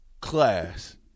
Class